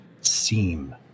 seem